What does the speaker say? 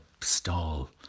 stall